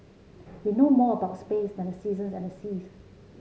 we know more about space than the seasons and the seas